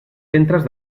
centres